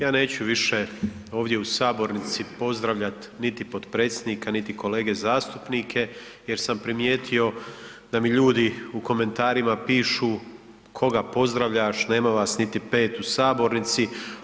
Ja neću više ovdje u sabornici pozdravljat niti potpredsjednika, niti kolege zastupnike jer sam primijetio da mi ljudi u komentarima pišu koga pozdravljaš, nema vas niti pet u sabornici.